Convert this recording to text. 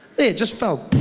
it just fell.